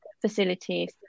facilities